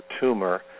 tumor